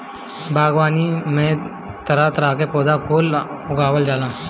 बागवानी में तरह तरह के पौधा कुल के उगावल जाला